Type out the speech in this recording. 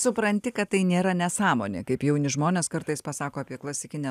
supranti kad tai nėra nesąmonė kaip jauni žmonės kartais pasako apie klasikinę